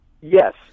Yes